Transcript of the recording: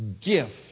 gift